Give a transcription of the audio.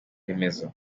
remezo